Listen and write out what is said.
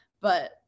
but-